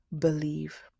believe